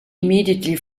immediately